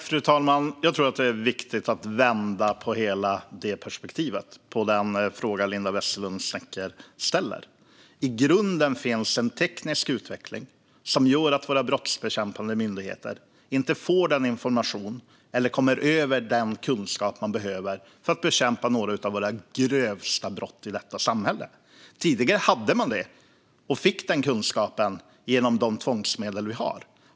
Fru talman! Jag tror att det är viktigt att vända på hela perspektivet när det gäller den fråga Linda Westerlund Snecker ställer. I grunden finns en teknisk utveckling som gör att våra brottsbekämpande myndigheter inte får den information eller kommer över den kunskap man behöver för att bekämpa några av de grövsta brotten i vårt samhälle. Tidigare gjorde man det och fick den kunskapen genom de tvångsmedel vi har.